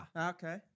okay